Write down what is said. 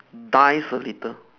dies a little